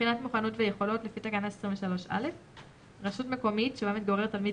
בחינת מוכנות ויכולות לפי תקנה 23(א); רשות מקומית שבה מתגורר תלמיד